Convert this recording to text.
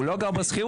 הוא לא גר בשכירות,